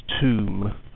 tomb